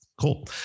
Cool